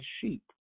sheep